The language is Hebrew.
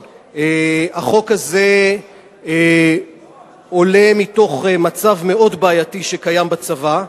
החוק הזה עולה מתוך מצב מאוד בעייתי שקיים בצבא,